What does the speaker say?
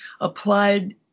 applied